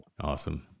Awesome